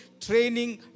training